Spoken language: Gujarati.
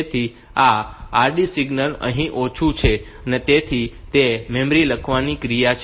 તેથી આ RD સિગ્નલ અહીં ઓછું છે તેથી તે મેમરી લખવાની ક્રિયા છે